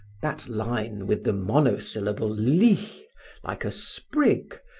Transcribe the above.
that line with the monosyllable lys like a sprig,